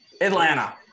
Atlanta